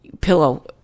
pillow